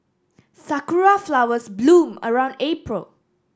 sakura flowers bloom around April